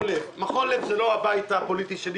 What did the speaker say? "לב" מכון "לב" הוא לא הבית הפוליטי שלי,